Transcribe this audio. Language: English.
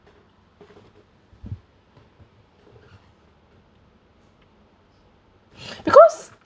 because